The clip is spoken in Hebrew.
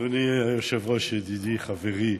אדוני היושב-ראש, ידידי, חברי,